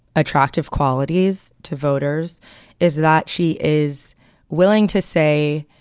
attractive qualities to voters is that she is willing to say,